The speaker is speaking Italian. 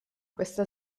questa